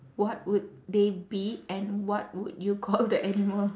what would they be and what would you call the animal